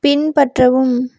பின்பற்றவும்